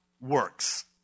works